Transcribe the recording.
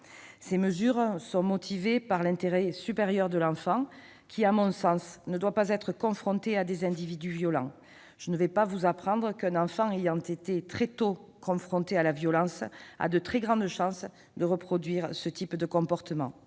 Ces mesures sont motivées par l'intérêt supérieur de l'enfant, qui ne doit pas, à notre sens, être confronté à des individus violents. Je ne vous apprendrai pas qu'un enfant ayant été confronté tôt à la violence a de très grandes chances de reproduire ce type de comportements.